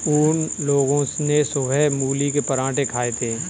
उन लोगो ने सुबह मूली के पराठे खाए थे